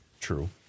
true